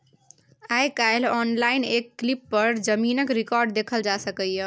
आइ काल्हि आनलाइन एक क्लिक पर जमीनक रिकॉर्ड देखल जा सकैए